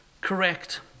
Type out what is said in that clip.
correct